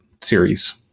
series